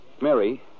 Mary